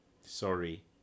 Sorry